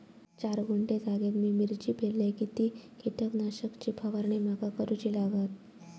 चार गुंठे जागेत मी मिरची पेरलय किती कीटक नाशक ची फवारणी माका करूची लागात?